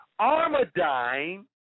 Armadine